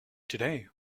today